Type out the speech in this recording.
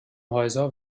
häuser